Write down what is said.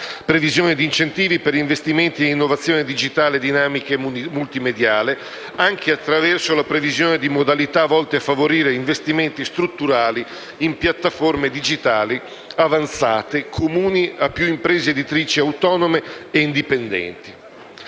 previsione di incentivi per investimenti in innovazione digitale dinamica e multimediale, anche attraverso la previsione di modalità volte a favorire investimenti strutturali in piattaforme digitali avanzate comuni a più imprese editrici autonome e indipendenti.